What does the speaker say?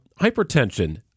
Hypertension